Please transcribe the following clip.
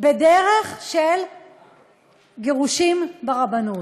בדרך של גירושים ברבנות.